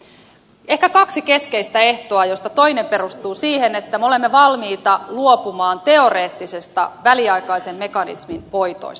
ehkä on kaksi keskeistä ehtoa joista toinen perustuu siihen että me olemme valmiita luopumaan teoreettisista väliaikaisen mekanismin voitoista